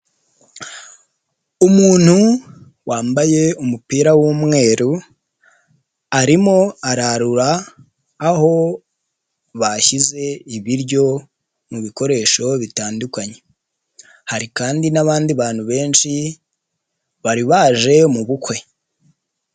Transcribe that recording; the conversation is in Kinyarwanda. Umuntu wambaye umupira w'umweru, arimo ararura aho bashyize ibiryo mu bikoresho bitandukanye, hari kandi n'abandi bantu bensh,i bari baje mu bukwe.